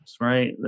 right